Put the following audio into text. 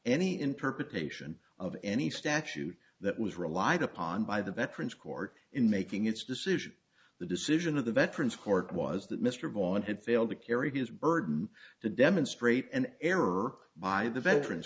any interpretation of any statute that was relied upon by the veterans court in making its decision the decision of the veterans court was that mr vaughan had failed to carry his burden to demonstrate an error by the veterans